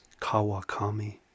Kawakami